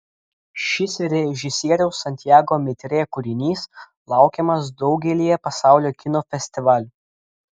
šis režisieriaus santiago mitre kūrinys laukiamas daugelyje pasaulio kino festivalių